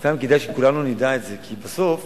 סתם, כדאי שכולנו נדע את זה, כי בסוף